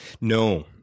No